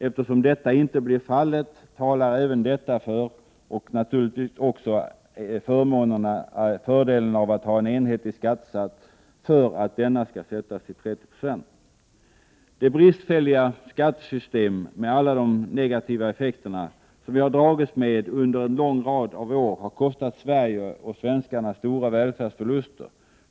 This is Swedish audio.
Eftersom detta inte blir fallet talar även det — och naturligtvis också fördelen av att ha en enhetlig skattesats — för att skattesatsen sätts till 30 90. Det bristfälliga skattesystem med alla negativa effekter som vi dragits med under en lång rad år har kostat Sverige och svenskarna stora välfärdsförluster.